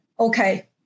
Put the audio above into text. Okay